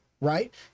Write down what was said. right